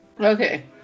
okay